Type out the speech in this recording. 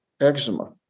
eczema